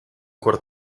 cuor